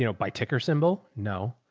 you know by ticker symbol. no.